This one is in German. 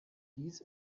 dies